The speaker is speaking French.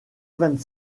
vingt